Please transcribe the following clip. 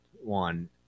one